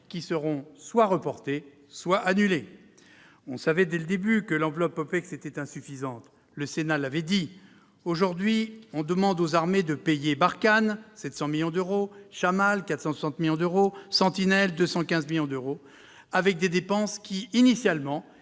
qui seront soit reportées, soit annulées. On savait dès le début que l'enveloppe réservée aux OPEX était insuffisante ; le Sénat l'avait dit ! Aujourd'hui, on demande aux armées de payer les opérations Barkhane- 700 millions d'euros -, Chammal- 460 millions d'euros -et Sentinelle- 215 millions d'euros -, avec des dépenses initialement